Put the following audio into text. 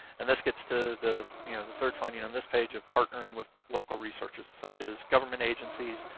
and this gets to the you know the third finding on this page of partnering with local resources such as government agencies,